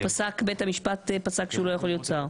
ובית המשפט פסק שהוא לא יכול להיות שר?